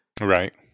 Right